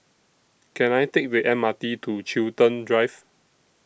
Can I Take The M R T to Chiltern Drive